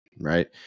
Right